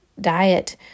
diet